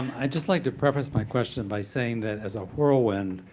just like to preface my question by saying that as a whirlwind,